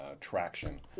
traction